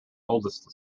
oldest